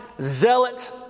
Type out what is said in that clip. zealot